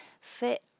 fit